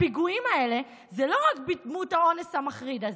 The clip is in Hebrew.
הפיגועים האלה הם לא רק בדמות האונס המחריד הזה,